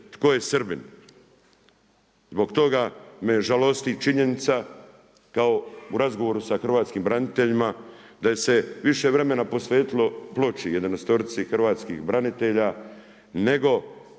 tko je Srbin. Zbog toga me žalosti činjenica kao u razgovoru sa hrvatskim braniteljima da je se više vremena posvetilo ploči 11.-orici hrvatski branitelja nego